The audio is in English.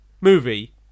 movie